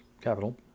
Capital